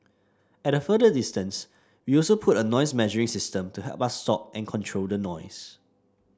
at a further distance we also put a noise measuring system to help us stop and control the noise